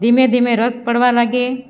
ધીમે ધીમે રસ પડવા લાગે